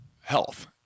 health